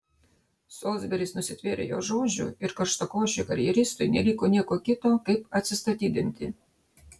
solsberis nusitvėrė jo žodžių ir karštakošiui karjeristui neliko nieko kito kaip atsistatydinti